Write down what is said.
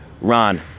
Ron